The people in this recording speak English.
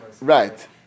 right